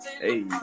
Hey